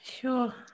Sure